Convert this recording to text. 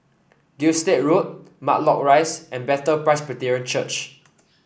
Gilstead Road Matlock Rise and Bethel Presbyterian Church